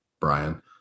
Brian